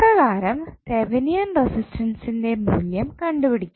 അപ്രകാരം തെവനിയൻ റെസിസ്റ്റൻസിൻ്റെ മൂല്യം കണ്ടുപിടിക്കാം